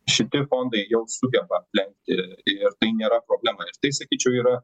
šiti fondai jau sugeba aplenkti ir tai nėra problema ir tai sakyčiau yra